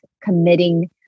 committing